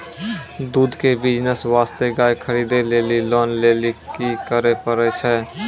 दूध के बिज़नेस वास्ते गाय खरीदे लेली लोन लेली की करे पड़ै छै?